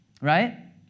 Right